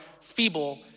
feeble